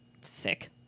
sick